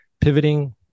pivoting